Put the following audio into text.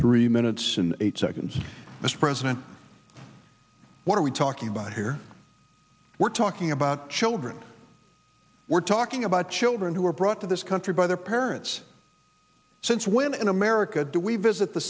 three minutes and eight seconds mr president what are we talking about here we're talking about children we're talking about children who were brought to this country by their parents since women in america do we visit the